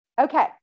Okay